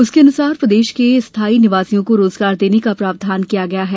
उसके अनुसार प्रदेश के स्थाई निवासियों को रोजगार देने का प्रावधान किया है